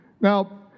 Now